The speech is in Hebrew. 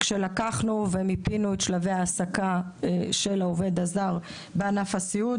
כשלקחנו ומיפינו את שלבי ההעסקה של העובד הזר בענף הסיעוד,